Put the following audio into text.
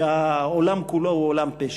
שהעולם כולו הוא עולם פשע.